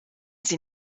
sie